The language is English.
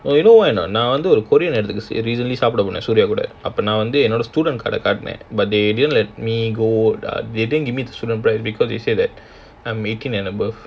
oh you know why or not நான் வந்து ஒரு:naan wanthu oru korean இடத்துக்கு சாப்பிட போனான்:edatthuku saapida ponan student card காட்டினான்:kaatinan but they didn't let me go err they didn't give me student price because they say that I'm eighteen and above